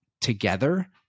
together